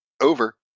Over